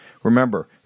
Remember